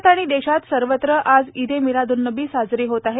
राज्यात आणि देशात सर्वत्र आज ईद ए मिलाद उन नबी साजरी होत आहे